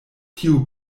tio